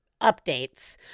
updates